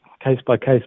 case-by-case